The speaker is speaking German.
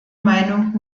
meinung